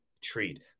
treat